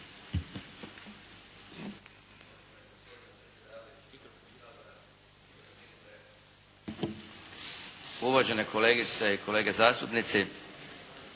Uvažene kolegice i kolege zastupnici.